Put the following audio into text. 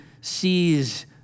sees